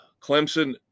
Clemson